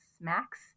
max